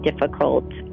difficult